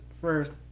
first